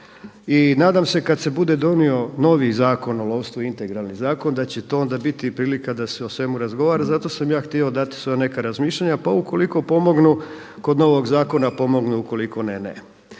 i nadam se kada se budio donio novi Zakon o lovstvu, integralni zakon da će to onda biti prilika da se o svemu razgovara. Zato sam ja htio dati neka svoja razmišljanja pa ukoliko pomognu kod novog zakona, pomognu, ukoliko ne, ne.